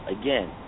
again